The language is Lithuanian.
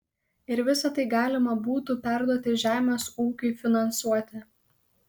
ir visa tai galima būtų perduoti žemės ūkiui finansuoti